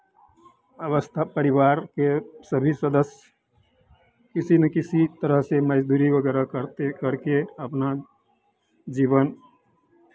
अवस्था परिवार के सभी सदस्य किसी ना किसी तरह से मज़दूरी वगैरह करते करके अपना जीवन